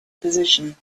position